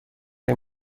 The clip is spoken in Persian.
این